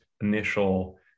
initial